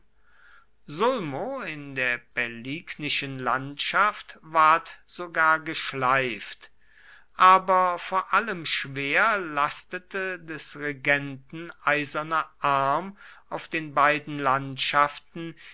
sulmo in der pälignischen landschaft ward sogar geschleift aber vor allem schwer lastete des regenten eiserner arm auf den beiden landschaften